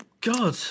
God